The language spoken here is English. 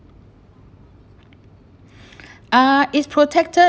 ah is protected